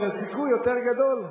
שהסיכוי יותר גדול.